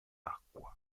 acqua